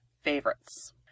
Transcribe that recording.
favorites